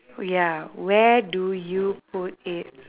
ya where do you put it